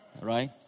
right